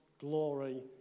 glory